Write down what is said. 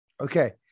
Okay